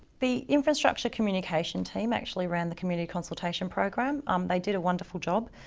the infrastructure communication team actually ran the community consultation program, um, they did a wonderful job.